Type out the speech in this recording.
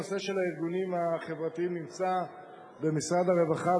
הנושא של הארגונים החברתיים נמצא במשרד הרווחה,